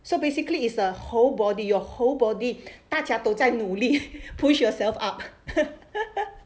so basically is a whole body your whole body 大家都在努力 push yourself up